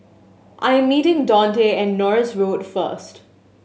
I am meeting Daunte at Norris Road first